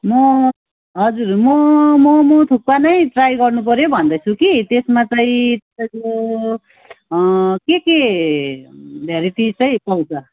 म हजुर म मोमो थुक्पा नै ट्राई गर्नुपऱ्यो भन्दैछु कि त्यसमा चाहिँ तपाईँको के के भेराइटी चाहिँ पाउँछ